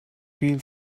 feel